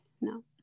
no